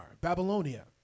Babylonia